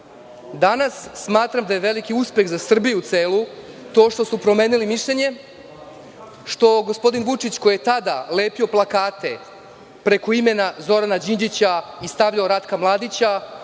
Danas smatram da je veliki uspeh za celu Srbiju to što su promenili mišljenje, što je gospodin Vučić, koji je tada lepio plakate preko imena Zorana Đinđića i stavljao Ratka Mladića,